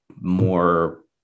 more